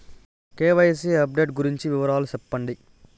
KYC update గురించి వివరాలు సెప్పండి?